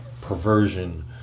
perversion